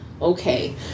okay